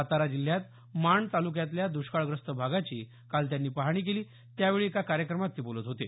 सातारा जिल्ह्यात माण ताल्क्यातल्या दुष्काळग्रस्त भागाची काल त्यांनी पाहणी केली त्यावेळी एका कार्यक्रमात ते बोलत होते